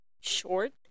short